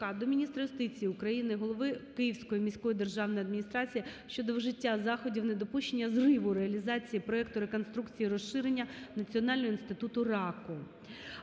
до міністра юстиції України, голови Київської міської державної адміністрації щодо вжиття заходів недопущення зриву реалізації проекту "Реконструкції і розширення Національного інституту раку".